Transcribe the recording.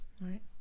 Right